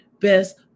best